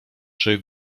czy